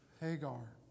Hagar